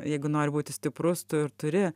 jeigu nori būti stiprus tu ir turi